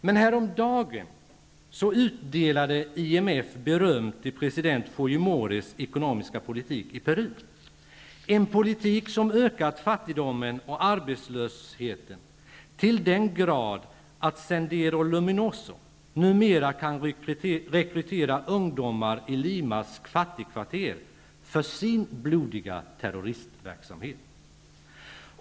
Men häromdagen utdelade IMF beröm till president Fujimoris ekonomiska politik i Peru, en politik som ökat fattigdomen och arbetslösheten till den grad att Sendero Luminoso numera kan rekrytera ungdomar i Limas fattigkvarter för sin blodiga terroristverksamhet.